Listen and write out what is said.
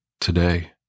Today